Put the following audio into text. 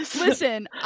Listen